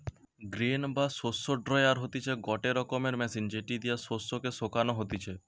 grain বা শস্য dryer হতিছে গটে রকমের মেশিন যেটি দিয়া শস্য কে শোকানো যাতিছে